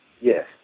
Yes